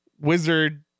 wizard